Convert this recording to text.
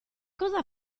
cosa